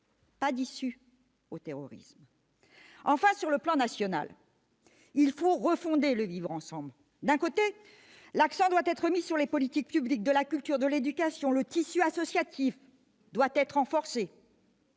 pas d'issue au terrorisme. Sur le plan national, enfin, il faut refonder le vivre ensemble. D'un côté, l'accent doit être mis sur les politiques publiques de la culture et de l'éducation, le tissu associatif doit être renforcé,